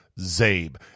ZABE